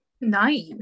Nice